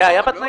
זה היה בתנאים?